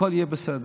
הכול יהיה בסדר.